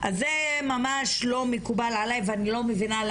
אז זה ממש לא מקובל עליי ואני לא מבינה,